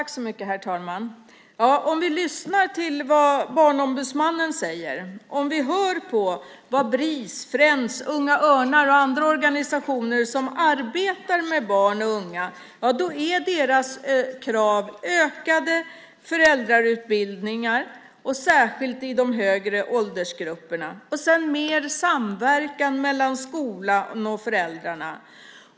Herr talman! Om vi lyssnar till vad Barnombudsmannen säger, om vi hör på vad Bris, Friends, Unga Örnar och andra organisationer som arbetar med barn och unga säger kan vi notera att deras krav är ökade föräldrautbildningar, särskilt när det gäller de högre åldersgrupperna. Sedan önskas mer samverkan mellan skolan och föräldrarna.